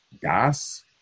gas